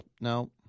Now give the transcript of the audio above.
No